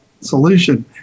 solution